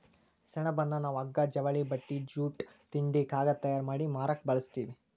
ಸೆಣಬನ್ನ ನಾವ್ ಹಗ್ಗಾ ಜವಳಿ ಬಟ್ಟಿ ಬೂಟ್ ತಿಂಡಿ ಕಾಗದ್ ತಯಾರ್ ಮಾಡಿ ಮಾರಕ್ ಬಳಸ್ತೀವಿ